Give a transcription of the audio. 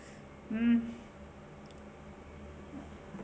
mm